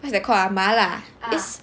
what's that call 麻辣 is